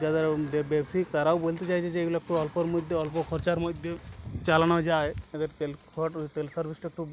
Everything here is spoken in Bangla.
যাদের বে বেশি তারাও বলতে চাইছে যে এগুলো একটু অল্পর মধ্যে অল্প খরচার মধ্যে চালানো যায় তাদের তেল খর ওই তেল খরচটা একটু